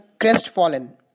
crestfallen